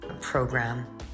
program